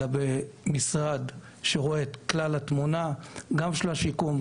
אלא במשרד שרואה את הכלל התמונה של השיקום,